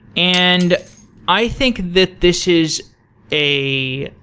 and i think that this is a